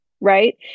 right